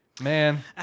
man